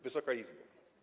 Wysoka Izbo!